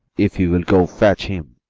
if you'll go fetch him,